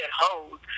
hoes